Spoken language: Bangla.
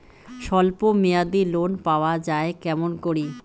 স্বল্প মেয়াদি লোন পাওয়া যায় কেমন করি?